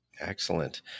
Excellent